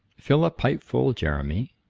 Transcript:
fill a pipe full, jeremy.